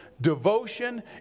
devotion